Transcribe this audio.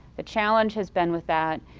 the challenge has been with that,